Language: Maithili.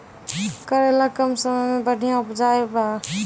करेला कम समय मे बढ़िया उपजाई बा?